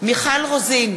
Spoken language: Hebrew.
מיכל רוזין,